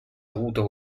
avuto